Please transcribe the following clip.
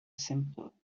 simple